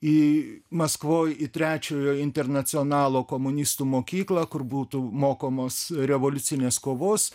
į maskvoj į trečiojo internacionalo komunistų mokyklą kur būtų mokomas revoliucinės kovos